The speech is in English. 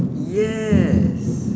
yes